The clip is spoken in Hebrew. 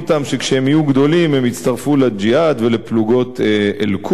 גדולים הם יצטרפו ל"ג'יהאד" ול"פלוגות אל-קודס",